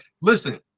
listen